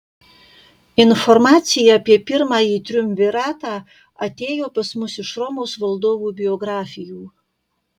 informacija apie pirmąjį triumviratą atėjo pas mus iš romos valdovų biografijų